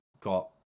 got